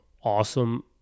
awesome